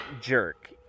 jerk